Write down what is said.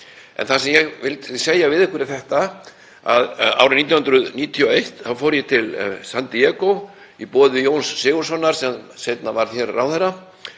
En það sem ég vildi segja við ykkur er þetta: Árið 1991 fór ég til San Diego í boði Jóns Sigurðssonar sem seinna varð ráðherra